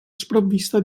sprovvista